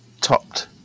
topped